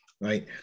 right